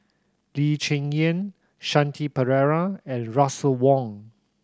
Lee Cheng Yan Shanti Pereira and Russel Wong